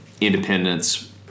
Independence